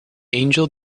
angel